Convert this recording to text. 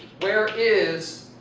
where is